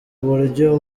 buryo